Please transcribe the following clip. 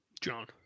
John